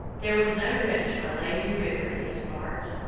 there was no rest for a lazy river in these parts.